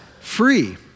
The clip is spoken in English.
free